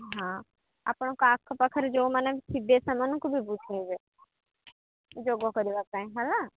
ହଁ ଆପଣଙ୍କ ଆଖପାଖରେ ଯୋଉମାନେ ଥିବେ ସେମାନଙ୍କୁ ବି ବୁଝେଇବେ ଯୋଗ କରିବା ପାଇଁ ହେଲା